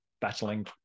battling